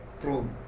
true